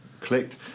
clicked